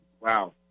wow